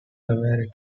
very